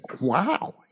Wow